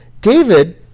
David